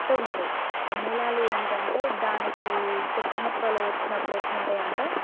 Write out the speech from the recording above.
కొత్తగుంటాయి ఆ మూలాలు ఏమిటంటే దానికి కొత్త మొక్కలు వచ్చినప్పుడు ఎట్లుంటాయంటే